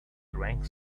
drank